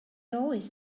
always